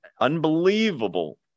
unbelievable